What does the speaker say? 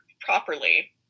properly